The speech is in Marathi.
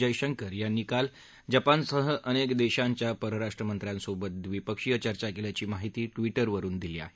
जयशंकर यांनी काल जपानसह अनेक देशांच्या परराष्ट्र मंत्र्यांसोबत द्विपक्षीय चर्चा केल्याची माहिती ट्विटरवरून दिली आहे